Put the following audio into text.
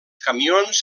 camions